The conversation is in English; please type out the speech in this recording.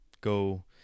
go